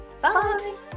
Bye